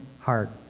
heart